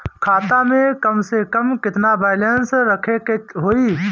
खाता में कम से कम केतना बैलेंस रखे के होईं?